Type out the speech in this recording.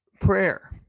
prayer